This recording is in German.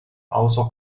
außer